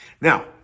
Now